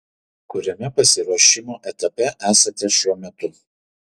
kuriame pasiruošimo etape esate šiuo metu